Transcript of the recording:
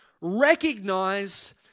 recognize